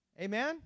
Amen